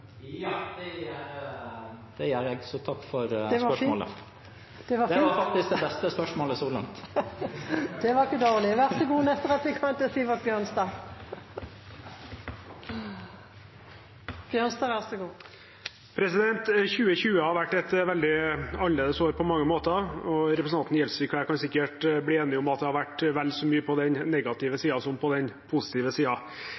det gjør jeg, så takk for spørsmålet – det var faktisk det beste spørsmålet så langt. Det var ikke dårlig. Da har representanten Gjelsvik tatt opp de forslagene han refererte til. 2020 har vært et veldig annerledes år på mange måter, og representanten Gjelsvik og jeg kan sikkert bli enige om at det har vært vel så mye på den negative